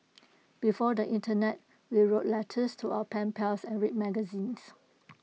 before the Internet we wrote letters to our pen pals and read magazines